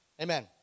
Amen